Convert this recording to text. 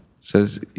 Says